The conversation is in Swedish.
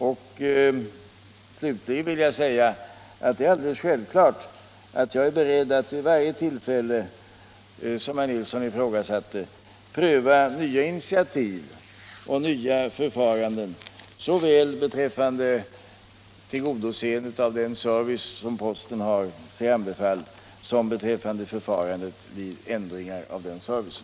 Det är alldeles självklart att jag är beredd att vid varje tillfälle pröva nya initiativ och nya förfaranden såväl beträffande tillgodoseendet av den service som posten har sig anbefalld att lämna som beträffande förfarandet vid ändringar av den servicen.